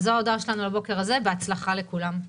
זו ההודעה שלנו לבוקר זה, בהצלחה לכולם.